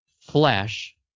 flesh